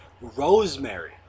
Rosemary